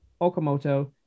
okamoto